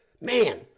Man